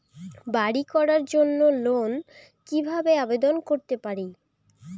বাড়ি করার জন্য লোন কিভাবে আবেদন করতে পারি?